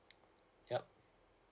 yup